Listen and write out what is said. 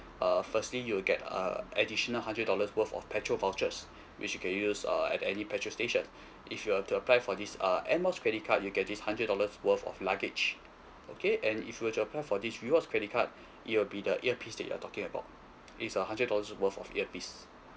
uh firstly you will get uh additional hundred dollars worth of petrol vouchers which you can use uh at any petrol station if you were to apply for this uh air miles credit card you get this hundred dollars worth of luggage okay and if you were to apply for this rewards credit card it will be the earpiece that you're talking about it's a hundred dollars worth of earpiece